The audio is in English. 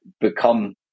become